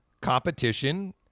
competition